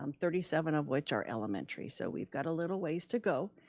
um thirty seven of which are elementary, so we've got a little ways to go.